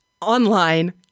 online